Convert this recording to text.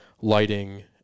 lighting